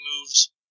moves